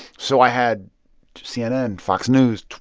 so i had cnn, fox news,